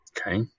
Okay